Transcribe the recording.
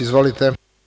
Izvolite.